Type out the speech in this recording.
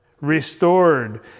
Restored